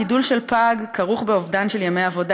גידול של פג כרוך באובדן של ימי עבודה